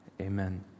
Amen